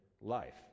life